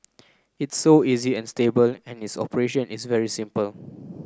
it's so easy and stable and its operation is very simple